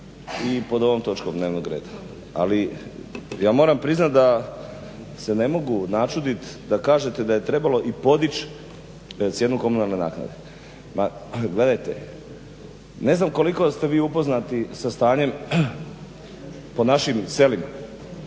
i pod ovom točkom dnevnog reda. Ali ja moram priznati da se ne mogu načudit da kažete da je trebalo i podić cijenu komunalne naknade. Ma gledajte, ne znam koliko ste vi upoznati sa stanjem po našim selima.